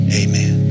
amen